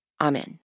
Amen